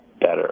better